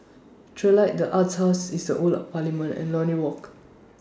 Trilight The Arts House IS The Old Parliament and Lornie Walk